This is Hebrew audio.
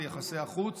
ליחסי החוץ